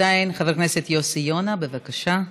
חבר הכנסת יוסי יונה, בבקשה.